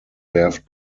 werft